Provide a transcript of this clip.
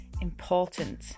important